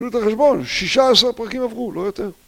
תנו לי את החשבון, 16 פרקים עברו, לא יותר